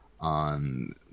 on